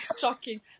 shocking